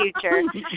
future